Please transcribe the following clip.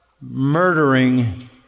murdering